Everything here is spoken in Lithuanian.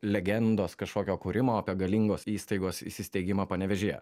legendos kažkokio kūrimo apie galingos įstaigos įsisteigimą panevėžyje